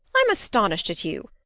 i'm astonished at you.